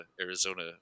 Arizona